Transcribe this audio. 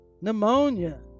pneumonia